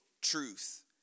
truth